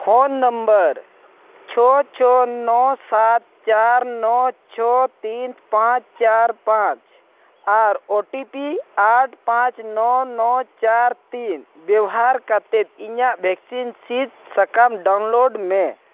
phone number ᱪᱷᱚ ᱪᱷᱚ ᱱᱚ ᱥᱟᱛ ᱪᱟᱨ ᱱᱚ ᱪᱷᱚ ᱛᱤᱱ ᱯᱟᱸᱪ ᱪᱟᱨ ᱯᱟᱸᱪ ᱟᱨ ᱳ ᱴᱤ ᱯᱤ ᱟᱴ ᱯᱟᱸᱪ ᱱᱚ ᱱᱚ ᱪᱟᱨ ᱛᱤᱱ ᱵᱮᱣᱦᱟᱨ ᱠᱟᱛᱮᱫ ᱤᱧᱟᱹᱜ ᱵᱷᱮᱠᱥᱤᱱ ᱥᱤᱫ ᱥᱟᱠᱟᱢ ᱰᱟᱣᱩᱱᱞᱳᱰᱢᱮ